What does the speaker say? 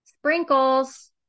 Sprinkles